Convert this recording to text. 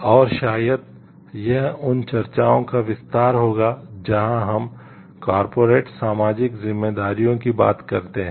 और शायद यह उन चर्चाओं का विस्तार होगा जहां हम कॉर्पोरेट सामाजिक जिम्मेदारियों की बात करते हैं